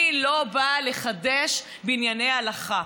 אני לא באה לחדש בענייני הלכה,